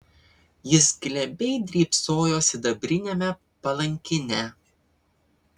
jis glebiai drybsojo sidabriniame palankine